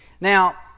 now